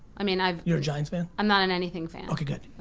i mean i'm. you're a giants fan? i'm not an anything fan. okay good.